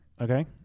Okay